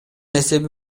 эсеби